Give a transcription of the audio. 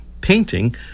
painting